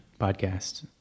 podcast